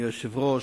אדוני היושב-ראש,